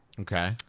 Okay